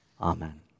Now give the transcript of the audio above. Amen